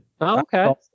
Okay